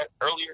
earlier